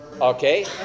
Okay